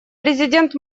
президент